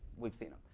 we've seen them.